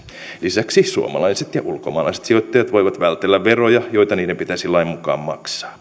lisäksi suomalaiset ja ulkomaalaiset sijoittajat voivat vältellä veroja joita niiden pitäisi lain mukaan maksaa